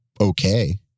okay